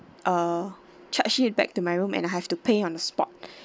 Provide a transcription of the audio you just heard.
uh charge it back to my room and have to pay on the spot